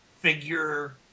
figure